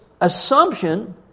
assumption